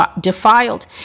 defiled